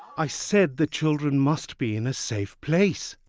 i said the children must be in a safe place!